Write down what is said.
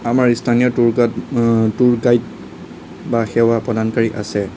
আমাৰ ইস্থানীয় tour guide tour guide বা সেৱা প্ৰদানকাৰী আছে